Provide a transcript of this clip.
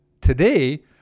today